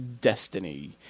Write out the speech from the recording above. Destiny